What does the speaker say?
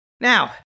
Now